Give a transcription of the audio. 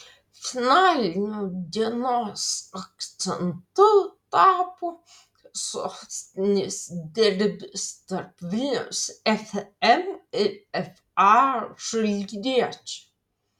finaliniu dienos akcentu tapo sostinės derbis tarp vilniaus fm ir fa žalgiriečio